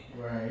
right